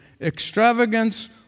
extravagance